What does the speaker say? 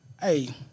hey